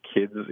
kids